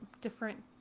different